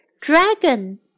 Dragon